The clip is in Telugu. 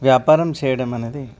వ్యాపారం చేయడం అనేది